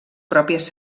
pròpies